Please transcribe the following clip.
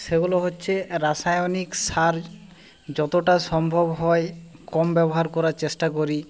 সেগুলো হচ্ছে রাসায়নিক সার যতটা সম্ভব হয় কম ব্যবহার করার চেষ্টা করি